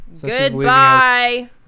Goodbye